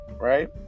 right